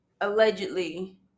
allegedly